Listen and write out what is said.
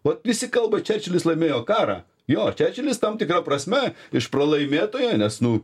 vat visi kalba čerčilis laimėjo karą jo čerčilis tam tikra prasme iš pralaimėtojo nes nu